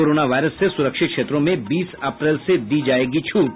corona virus से सुरक्षित क्षेत्रों में बीस अप्रैल से दी जायेगी छूट